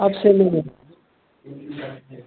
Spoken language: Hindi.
अब से नहीं होगा